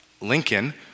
Lincoln